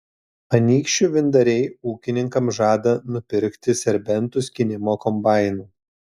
anykščių vyndariai ūkininkams žada nupirkti serbentų skynimo kombainų